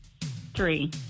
three